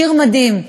שיר מדהים,